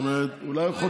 בוא אני אגלה לך: